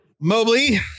Mobley